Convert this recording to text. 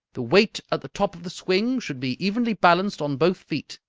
the weight at the top of the swing should be evenly balanced on both feet